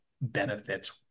benefits